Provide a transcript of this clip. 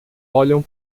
olham